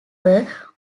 were